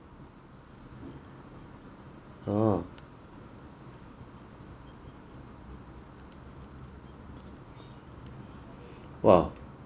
oh !wow!